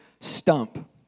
stump